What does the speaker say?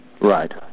Right